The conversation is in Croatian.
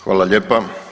Hvala lijepa.